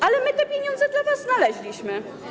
Ale my te pieniądze dla was znaleźliśmy.